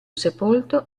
sepolto